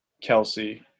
Kelsey